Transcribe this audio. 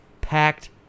packed